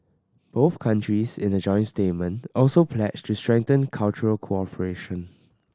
both countries in a joint statement also pledged to strengthen cultural cooperation